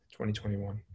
2021